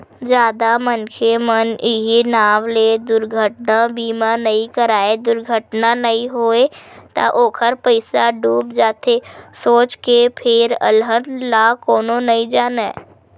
जादा मनखे मन इहीं नांव ले दुरघटना बीमा नइ कराय दुरघटना नइ होय त ओखर पइसा डूब जाथे सोच के फेर अलहन ल कोनो नइ जानय